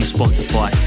Spotify